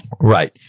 Right